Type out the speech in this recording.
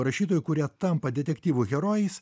rašytojų kurie tampa detektyvų herojais